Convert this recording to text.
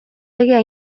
legea